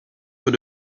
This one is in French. peut